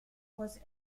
was